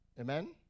Amen